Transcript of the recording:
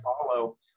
follow